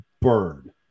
bird